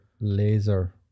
laser